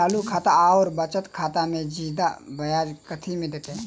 चालू खाता आओर बचत खातामे जियादा ब्याज कथी मे दैत?